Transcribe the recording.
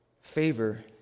favor